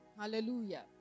Hallelujah